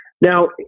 now